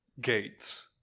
gates